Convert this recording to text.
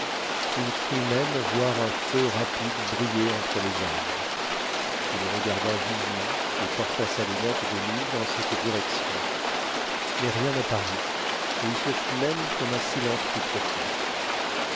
il crut même voir un feu rapide briller entre les arbres il regarda vivement et porta sa lunette de nuit dans cette direction mais rien n'apparut et il se fit même comme un silence plus profond